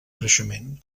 creixement